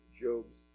Job's